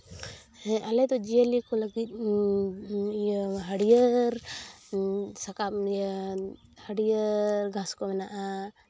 ᱦᱮᱸ ᱟᱞᱮᱫᱚ ᱡᱤᱭᱟᱹᱞᱤ ᱠᱚ ᱞᱟᱹᱜᱤᱫ ᱤᱭᱟᱹ ᱦᱟᱹᱨᱭᱟᱹᱲ ᱥᱟᱠᱟᱢ ᱤᱭᱟᱹ ᱦᱟᱹᱨᱭᱟᱹᱲ ᱜᱷᱟᱥ ᱠᱚ ᱢᱮᱱᱟᱜᱼᱟ